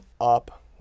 up